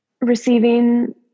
receiving